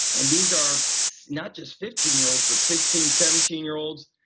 and these are not just fifteen year olds, but sixteen, seventeen year olds.